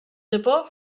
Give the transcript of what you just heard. japó